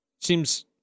seems